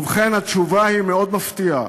ובכן, התשובה היא מאוד מפתיעה: